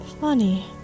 Funny